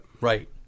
Right